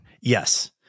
Yes